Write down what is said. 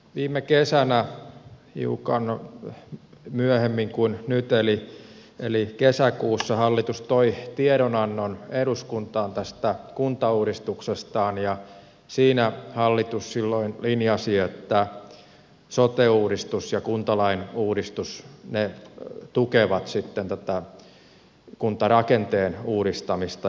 viime kesänä hiukan myöhemmin kuin nyt eli kesäkuussa hallitus toi tiedonannon eduskuntaan tästä kuntauudistuksestaan ja siinä hallitus silloin linjasi että sote uudistus ja kuntalain uudistus tukevat sitten tätä kuntarakenteen uudistamista